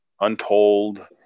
untold